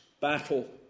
battle